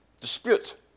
dispute